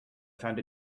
found